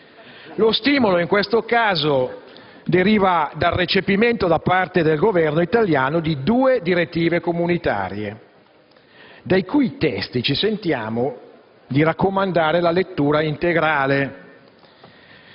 Lo stimolo, in questo caso, deriva dal recepimento da parte del Governo italiano di due direttive comunitarie, dei cui testi ci sentiamo di raccomandare la lettura integrale.